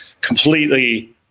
completely